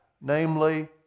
namely